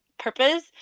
purpose